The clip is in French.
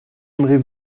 aimerez